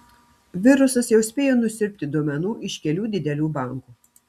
virusas jau spėjo nusiurbti duomenų iš kelių didelių bankų